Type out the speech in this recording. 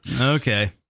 Okay